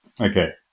okay